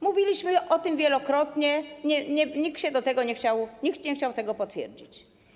Mówiliśmy o tym wielokrotnie, nikt się do tego nie chciał... nikt nie chciał tego potwierdzić.